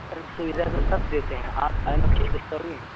سر سویدھا تو سب دیتے ہیں آپ اکیلے تھوڑی ہیں